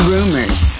Rumors